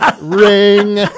Ring